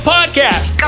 Podcast